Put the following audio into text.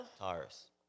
Taurus